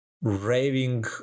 raving